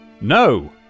No